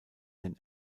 den